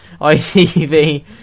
ITV